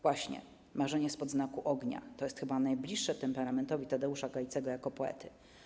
Właśnie, marzenie spod znaku ognia - to jest chyba najbliższe temperamentowi Tadeusza Gajcego jako poety.